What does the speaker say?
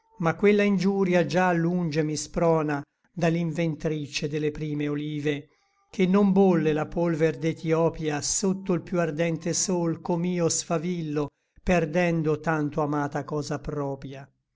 ma quella ingiuria già lunge mi sprona da l'inventrice de le prime olive ché non bolle la polver d'ethïopia sotto l più ardente sol com'io sfavillo perdendo tanto amata cosa propia